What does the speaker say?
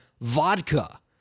vodka